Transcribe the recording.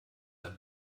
ein